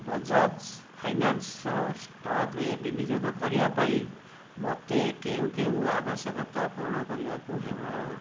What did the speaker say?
ବଜାଜ ଫାଇନାନ୍ସର ଷ୍ଟକ୍ରେ ବିନିଯୋଗ କରିବା ପାଇଁ ମୋତେ କେଉଁ କେଉଁ ଆବଶ୍ୟକତା ପୂରଣ କରିବାକୁ ହେବ